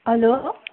hello